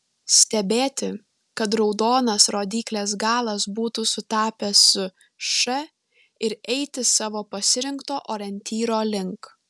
stebėti kad raudonas rodyklės galas būtų sutapęs su š ir eiti savo pasirinkto orientyro link